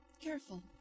Careful